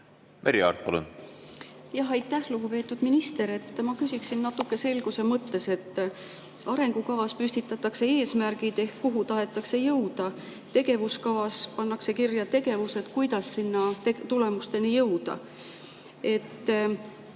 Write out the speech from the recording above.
Merry Aart, palun! Aitäh! Lugupeetud minister! Ma küsiksin natuke selguse mõttes. Arengukavas püstitatakse eesmärgid, kuhu tahetakse jõuda. Tegevuskavas pannakse kirja tegevused, kuidas nende tulemusteni jõuda. Nende